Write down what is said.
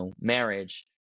marriage